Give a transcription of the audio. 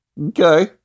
Okay